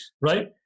right